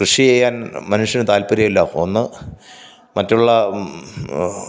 കൃഷി ചെയ്യാൻ മനുഷ്യന് താൽപ്പര്യമില്ല ഒന്ന് മറ്റുള്ള